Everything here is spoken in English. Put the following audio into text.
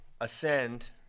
ascend